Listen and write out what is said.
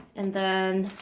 and then